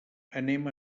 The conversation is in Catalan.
anem